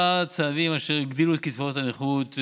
צעדים אשר הגדילו את קצבאות הנכות,